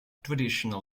traditional